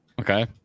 Okay